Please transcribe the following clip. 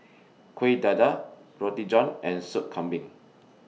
Kuih Dadar Roti John and Soup Kambing